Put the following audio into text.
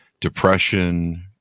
depression